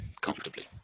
Comfortably